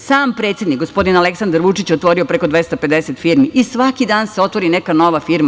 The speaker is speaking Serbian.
Sam predsednik, gospodin Aleksandar Vučić je otvorio preko 250 firmi i svaki dan se otvori neka nova firma.